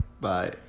Bye